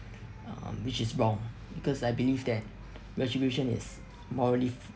um which is wrong because I believe that retribution is morally